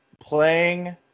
playing